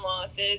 losses